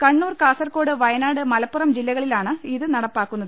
കണ്ണൂർ കാസർകോട് വയനാട് മലപ്പുറം ജില്ല കളിലാണ് ഇത് നടപ്പാക്കുന്നത്